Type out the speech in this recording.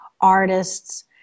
artists